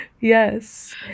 Yes